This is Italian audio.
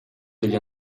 degli